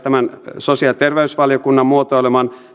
tämän sosiaali ja terveysvaliokunnan muotoileman